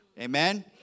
Amen